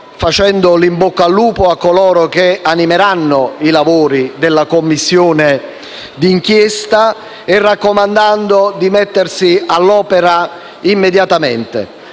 un «in bocca al lupo» a coloro che animeranno i lavori della Commissione d'inchiesta e raccomandando loro di mettersi all'opera immediatamente.